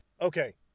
okay